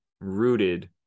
rooted